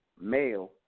male